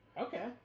Okay